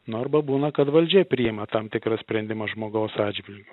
nu arba būna kad valdžia priima tam tikrą sprendimą žmogaus atžvilgiu